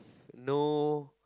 no no